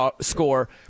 score